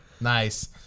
Nice